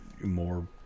more